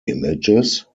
images